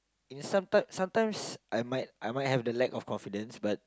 in a sometime sometimes I might I might have the lack of confidence but